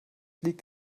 liegt